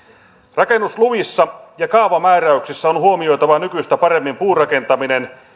rakennusluvissa ja kaavamääräyksissä on huomioitava nykyistä paremmin puurakentaminen